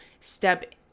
step